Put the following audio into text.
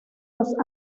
los